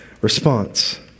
response